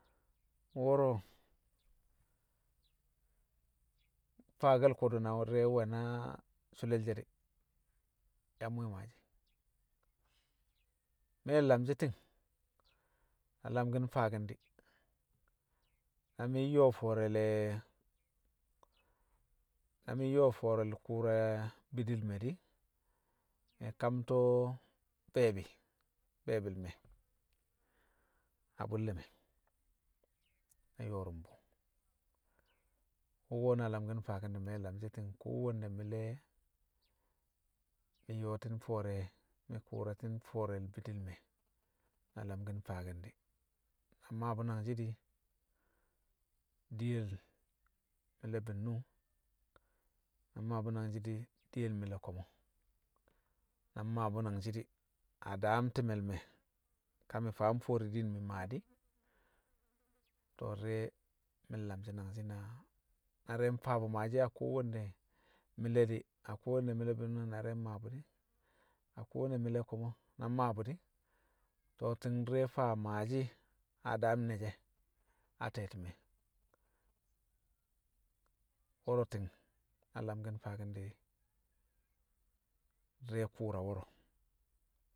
wo̱ro̱ mfaake̱l ko̱dṵ na di̱re̱ nwe̱ na su̱le̱l she̱ di̱ yang mwi̱i̱ maashi̱. Me̱ lamshi̱ ti̱ng na lamki̱n mfaaki̱n di̱, na mi̱ nyo̱o̱ fo̱o̱rẹ le̱, na mi̱ nyo̱o̱ fo̱o̱re̱ le̱ kṵṵra bidi le̱ me̱ di̱, mi̱ kamto̱ be̱e̱bi̱, be̱e̱bi̱l me̱ a bṵlle̱ me̱, na yo̱o̱rṵmbṵ, wṵko̱ na lamki̱n mfaaki̱n di̱, me̱ lamshi̱ ti̱ng kowanne mi̱le̱ mi yo̱o̱ti̱n fo̱o̱re̱ mi̱ kṵṵrati̱n fo̱o̱re̱l bidil me̱, na lamki̱n mfaaki̱n di̱. Na mmaa bṵ nangshi̱ di̱ di̱yel mi̱le̱ bi̱nnṵng, na mmaa bu̱ nangshi̱ di̱, diyel mi̱le̱ ko̱mo̱, na mmaa bṵ nangshi̱ di̱ a daam ti̱me̱l me̱, ka mi̱ faa mfo̱o̱re̱ diin mi̱ maa di̱, to̱ di̱re̱ mi̱ nlamshi nangshi̱ na, na di̱re̱ mfaa bṵ maashi̱ a kowanne mi̱le̱ bi̱nnṵng na di̱re̱ mmaa bṵ, a kowanne mi̱le̱ ko̱mo̱ na di̱re̱ mmaa bṵ di̱, to̱ ti̱ng di̱re̱ faa maashi̱ a daam ne she̱ a te̱ti̱me̱, wo̱ro̱ ti̱ng na lamki̱n mfaaki̱n di̱ di̱re̱ kṵṵra wo̱ro̱